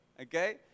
okay